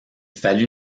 fallut